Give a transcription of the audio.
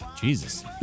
Jesus